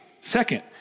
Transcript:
Second